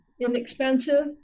inexpensive